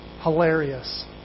Hilarious